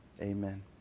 amen